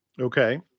Okay